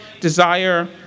desire